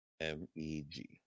M-E-G